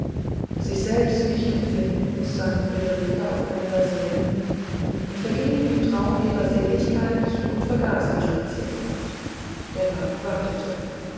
sich selbst nicht empfindend sank friederike auf einen sessel hin und verging im traum ihrer seligkeit und vergaß die spazierfahrt der wagen wartete